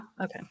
Okay